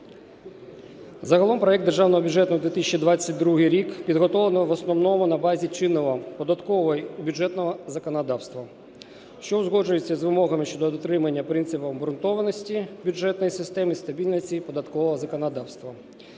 Загалом проект Державного бюджету на 2022 рік підготовлено в основному на базі чинного податкового і бюджетного законодавства, що узгоджується з вимогами щодо дотримання принципів обґрунтованості бюджетної системи, стабільності і податкового законодавства.